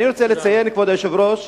אני רוצה לציין, כבוד היושב-ראש,